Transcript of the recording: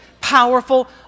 powerful